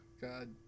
God